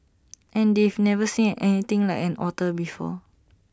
and they've never seen anything like an otter before